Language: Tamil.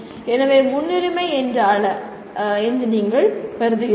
எனவே முன்னுரிமை என்ற அள நீங்கள் கருதுகிறீர்கள்